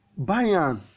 Bayern